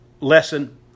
lesson